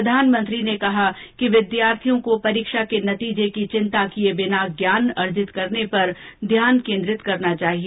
प्रधानमंत्री ने कहा कि विद्यार्थियों को परीक्षा के नतीजे की चिंता किये बिना ज्ञान अर्जित करने पर ध्यान केन्द्रित करना चाहिए